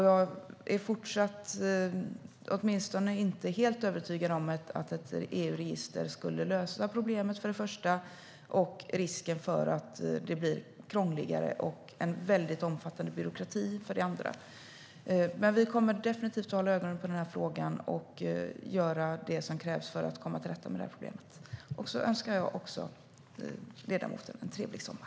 Jag är fortfarande för det första inte helt övertygad om att ett EU-register skulle lösa problemet. För det andra finns en risk för att det blir krångligare och en väldigt omfattande byråkrati. Men vi kommer definitivt att hålla ögonen på frågan och göra det som krävs för att komma till rätta med problemet. Jag önskar också ledamoten en trevlig sommar.